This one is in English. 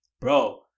bro